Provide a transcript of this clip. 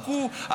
רק הוא,